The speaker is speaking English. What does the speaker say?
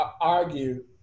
argue